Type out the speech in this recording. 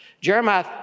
Jeremiah